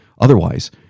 otherwise